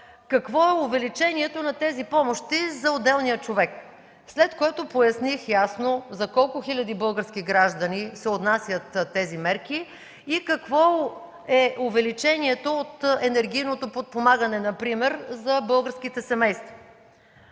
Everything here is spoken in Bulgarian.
какво е увеличението на тези помощи за отделния човек?” Поясних ясно за колко хиляди български граждани се отнасят тези мерки и какво е увеличението от енергийното подпомагане например за българските семейства.